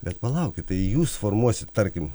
bet palaukit tai jūs formuosit tarkim